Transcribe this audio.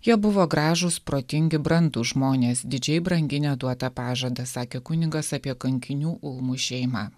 jie buvo gražūs protingi brandūs žmonės didžiai branginę duotą pažadą sakė kunigas apie kankinių ulmų šeimą